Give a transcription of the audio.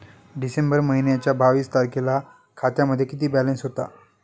डिसेंबर महिन्याच्या बावीस तारखेला खात्यामध्ये किती बॅलन्स होता?